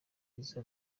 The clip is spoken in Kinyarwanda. byiza